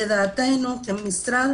לדעתנו כמשרד,